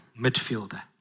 midfielder